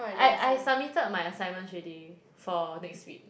I I submitted my assignments already for next week